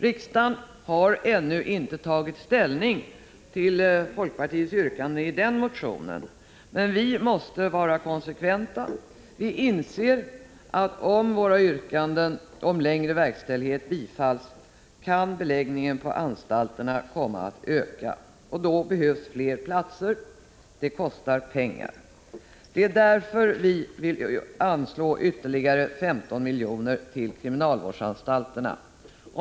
Riksdagen har ännu inte tagit ställning till folkpartiets yrkande i denna motion. Men vi måste vara konsekventa. Vi inser att beläggningen på 31 anstalterna kan komma att öka om våra yrkanden om längre verkställighet bifalls, och då behövs fler platser. Det kostar pengar. Det är därför vi vill anslå ytterligare 15 miljoner till kriminalvårdsanstalterna.